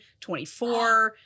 24